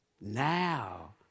Now